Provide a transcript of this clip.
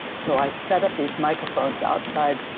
so, i set up these microphones outside.